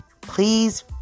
Please